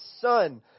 son